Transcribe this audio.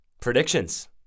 Predictions